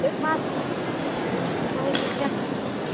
इस बात वह है कि